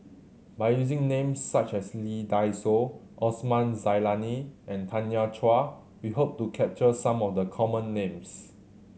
by using names such as Lee Dai Soh Osman Zailani and Tanya Chua we hope to capture some of the common names